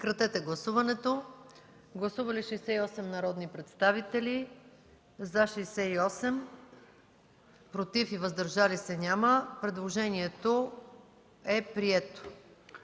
който става § 22. Гласували 66 народни представители: за 66, против и въздържали се няма. Предложението е прието.